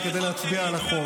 תראה, כל המושבים שלהם ריקים.